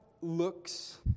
looks